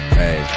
hey